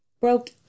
broke